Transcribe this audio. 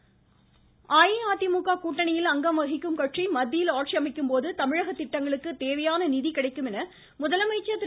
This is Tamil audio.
முதலமைச்சர் பிரச்சாரம் அஇஅதிமுக கூட்டணியில் அங்கம் வகிக்கும் கட்சி மத்தியில் ஆட்சி அமைக்கும்போது தமிழக திட்டங்களுக்கு தேவையான நிதி கிடைக்கும் என்று முதலமைச்சர் திரு